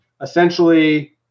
essentially